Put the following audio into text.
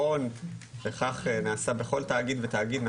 וכך נעשה בכל תאגיד בתאגיד,